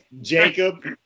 Jacob